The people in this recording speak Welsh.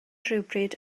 rhywbryd